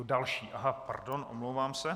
Další, pardon, omlouvám se.